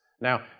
Now